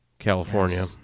California